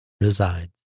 resides